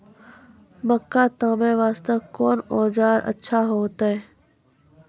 मक्का तामे वास्ते कोंन औजार अच्छा होइतै?